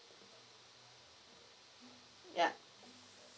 ya